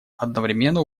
одновременно